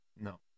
No